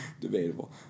debatable